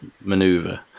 maneuver